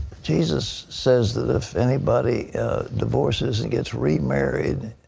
jesus says if anybody divorces and gets remarried,